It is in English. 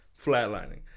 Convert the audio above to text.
flatlining